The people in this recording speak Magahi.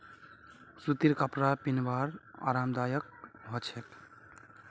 सूतीर कपरा पिहनवार आरामदायक ह छेक